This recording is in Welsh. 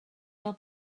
gael